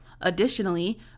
Additionally